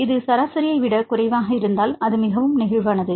இது சராசரியை விடக் குறைவாக இருந்தால் அது மிகவும் நெகிழ்வானது